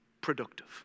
productive